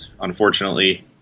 unfortunately